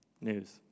news